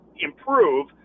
improve